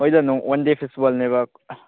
ꯃꯣꯏꯗꯣ one day ꯐꯦꯁꯇꯤꯚꯦꯜꯅꯦꯕ